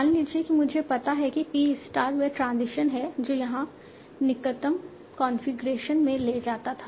मान लीजिए कि मुझे पता है कि t स्टार वह ट्रांजिशन है जो यहां निकटतम कॉन्फ़िगरेशन में ले जाता था